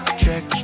check